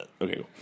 Okay